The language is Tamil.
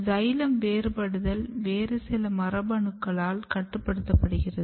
சைலம் வேறுபடுத்தல் வேறு சில மரபணுகளால் கட்டுப்படுத்தப்படுகிறது